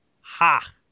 Ha